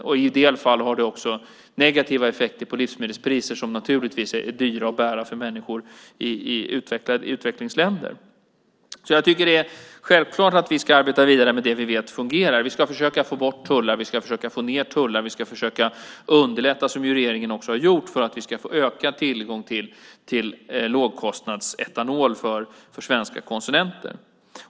I en del fall har det också negativa effekter på livsmedelspriserna som naturligtvis är dyra att bära för människor i utvecklingsländer. Jag tycker att det är självklart att vi ska arbeta vidare med det vi vet fungerar. Vi ska försöka få bort tullar, försöka få ned tullar och försöka underlätta, som regeringen ju också har gjort, en ökad tillgång till lågkostnadsetanol för svenska konsumenter.